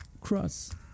cross